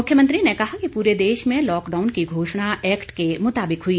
मुख्यमंत्री ने कहा कि पूरे देश में लाकडाउन की घोषणा एक्ट के मुताबिक हुई